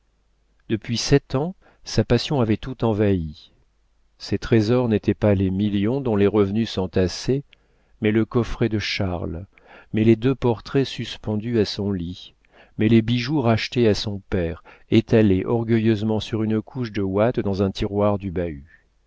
depuis sept ans sa passion avait tout envahi ses trésors n'étaient pas les millions dont les revenus s'entassaient mais le coffret de charles mais les deux portraits suspendus à son lit mais les bijoux rachetés à son père étalés orgueilleusement sur une couche de ouate dans un tiroir du bahut